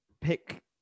pick